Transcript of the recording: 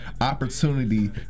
opportunity